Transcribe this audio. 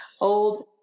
Old